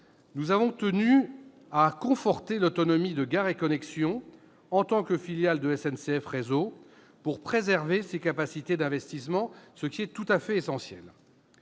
nous avons tenu à conforter l'autonomie de Gares & Connexions en tant que filiale de SNCF Réseau pour préserver ses capacités d'investissement, ce qui est tout à fait essentiel.